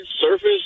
surface